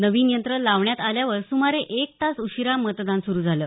नवीन यंत्र लावण्यात आल्यावर सुमारे एक तास उशीरा मतदान सुरु झालं